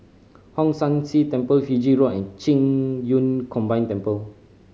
Hong San See Temple Fiji Road and Qing Yun Combined Temple